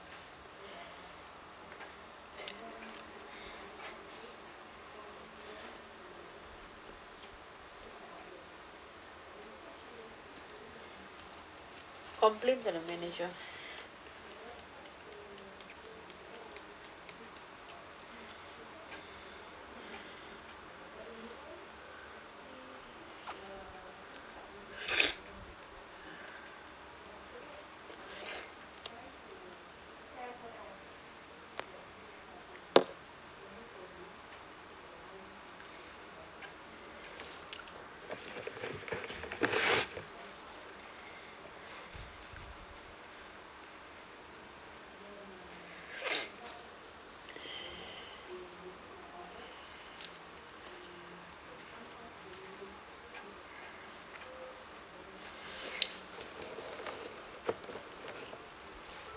complain to the manager